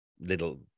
little